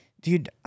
dude